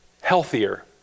healthier